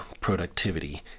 productivity